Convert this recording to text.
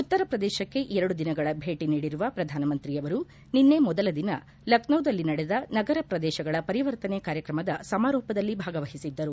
ಉತ್ತರಪ್ರದೇಶಕ್ಕೆ ಎರಡು ದಿನಗಳ ಭೇಟಿ ನೀಡಿರುವ ಪ್ರಧಾನಮಂತ್ರಿಯವರು ನಿನ್ನೆ ಮೊದಲ ದಿನ ಲಖನೌದಲ್ಲಿ ನಡೆದ ನಗರ ಪ್ರದೇಶಗಳ ಪರಿವರ್ತನೆ ಕಾರ್ಯಕ್ರಮದ ಸಮಾರೋಪದಲ್ಲಿ ಭಾಗವಹಿಸಿದ್ದರು